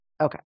Okay